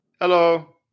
Hello